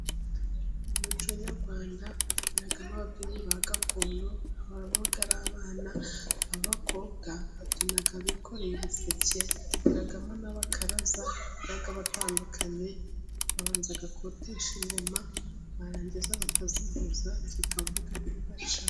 Mu muco nyarwanda tugira n'ababyinnyi ba gakondo, baba ari abana b'abakobwa babyina bikoreye ibiseke, tugiramo n'abakaraza baba batandukanye babanza kotesha ingoma, barangiza bakazivuza zikavuga neza cyane.